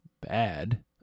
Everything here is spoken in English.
bad